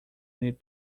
need